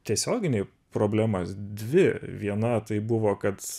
tiesioginį problemas dvi viena tai buvo kad